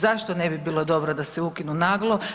Zašto ne bi bilo dobro da se ukinu naglo?